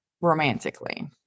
romantically